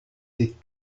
des